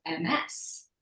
MS